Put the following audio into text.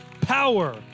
power